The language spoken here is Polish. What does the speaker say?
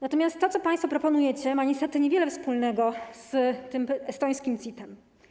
Natomiast to, co państwo proponujecie, ma niestety niewiele wspólnego z tym estońskim CIT-em.